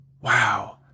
Wow